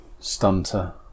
stunter